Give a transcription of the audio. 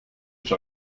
ist